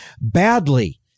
badly